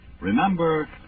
remember